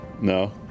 No